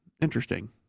Interesting